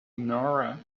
nora